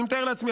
אני מתאר לעצמי,